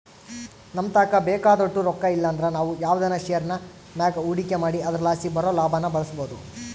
ನಮತಾಕ ಬೇಕಾದೋಟು ರೊಕ್ಕ ಇಲ್ಲಂದ್ರ ನಾವು ಯಾವ್ದನ ಷೇರಿನ್ ಮ್ಯಾಗ ಹೂಡಿಕೆ ಮಾಡಿ ಅದರಲಾಸಿ ಬರೋ ಲಾಭಾನ ಬಳಸ್ಬೋದು